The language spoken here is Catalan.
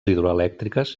hidroelèctriques